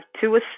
two